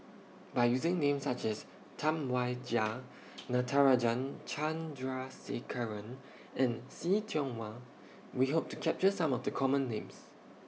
By using Names such as Tam Wai Jia Natarajan Chandrasekaran and See Tiong Wah We Hope to capture Some of The Common Names